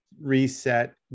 reset